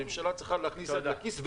הממשלה צריכה להכניס יד לכיס,